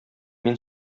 мин